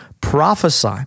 prophesy